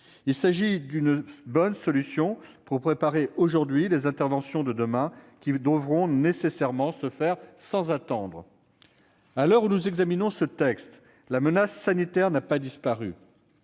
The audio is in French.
Il s'agit d'une bonne solution pour préparer aujourd'hui les interventions de demain, qui devront nécessairement pouvoir avoir lieu sans attendre. À l'heure où nous examinons ce texte, la menace sanitaire n'a pas disparu,